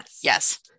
yes